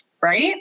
Right